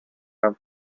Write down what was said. امر